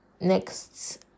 next